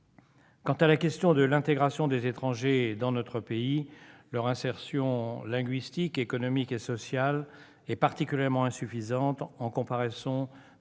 Quant à la question de l'intégration des étrangers dans notre pays, leur insertion linguistique, économique et sociale est particulièrement insuffisante en comparaison de certaines